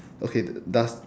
okay d~ does